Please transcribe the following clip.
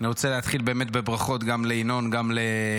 אני רוצה להתחיל באמת בברכות גם לינון גם ליסמין.